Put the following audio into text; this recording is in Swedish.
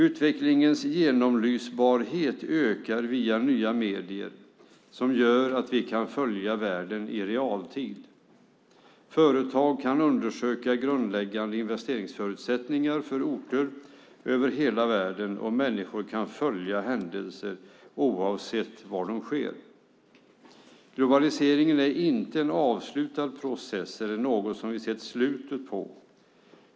Utvecklingens genomlysbarhet ökar via nya medier, som gör att vi kan följa världen i realtid. Företag kan undersöka grundläggande investeringsförutsättningar för orter över hela världen, och människor kan följa händelser oavsett var de sker. Globaliseringen är inte en avslutad process, eller något som vi har sett slutet på.